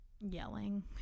yelling